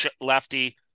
lefty